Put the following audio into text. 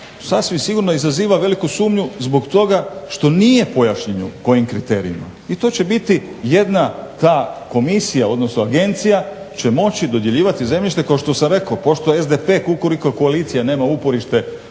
sasvim sigurno izaziva veliku sumnju zbog toga što nije pojašnjeno kojim kriterijima i to će biti jedna ta komisija, odnosno agencija će moći dodjeljivati zemljište. Kao što sam rekao, pošto SDP Kukuriku koalicija nema uporište